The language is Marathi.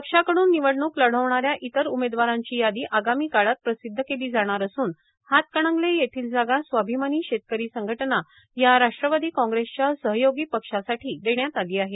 पक्षाकडून निवडणूक लढवणाऱ्या इतर उमेदवारांची यादी आगामी काळात प्रसिद्ध केली जाणार असून हातकणंगले येथील जागा स्वाभिमानी शेतकरी संघटना या राष्ट्रवादी कांग्रेसच्या सहयोगी पक्षासाठी देण्यात आली आहे